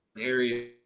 area